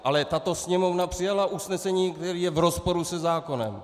Ale tato Sněmovna přijala usnesení, které je v rozporu se zákonem.